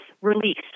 release